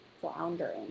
floundering